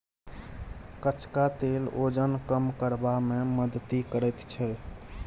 कचका तेल ओजन कम करबा मे मदति करैत छै